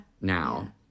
now